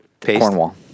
Cornwall